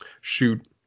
shoot